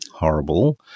horrible